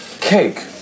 Cake